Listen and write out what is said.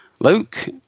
Luke